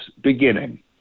beginning